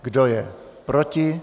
Kdo je proti?